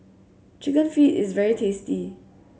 Chicken Feet is very tasty